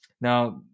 Now